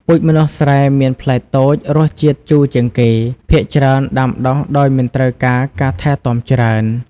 ពូជម្នាស់ស្រែមានផ្លែតូច រសជាតិជូរជាងគេ ភាគច្រើនដាំដុះដោយមិនត្រូវការការថែទាំច្រើន។